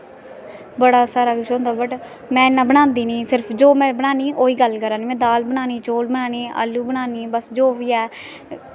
बड़ा सारा कुछ होंदा पर में इन्ना बनांदी निं बट जो में बनानी ओह् ही में गल्ल करा'रनी में दाल बनानी चौल बनानी आलू बनानी बस जो बी ऐ